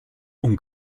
und